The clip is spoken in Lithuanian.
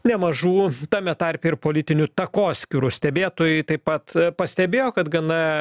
nemažų tame tarpe ir politinių takoskyrų stebėtojai taip pat pastebėjo kad gana